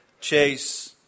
Chase